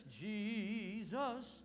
Jesus